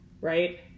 right